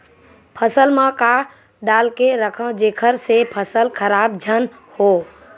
फसल म का डाल के रखव जेखर से फसल खराब झन हो?